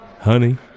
honey